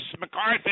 McCarthy